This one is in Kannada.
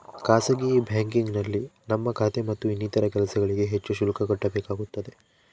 ಖಾಸಗಿ ಬ್ಯಾಂಕಿಂಗ್ನಲ್ಲಿ ನಮ್ಮ ಖಾತೆ ಮತ್ತು ಇನ್ನಿತರ ಕೆಲಸಗಳಿಗೆ ಹೆಚ್ಚು ಶುಲ್ಕ ಕಟ್ಟಬೇಕಾಗುತ್ತದೆ